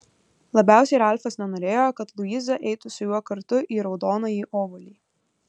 labiausiai ralfas nenorėjo kad luiza eitų su juo kartu į raudonąjį obuolį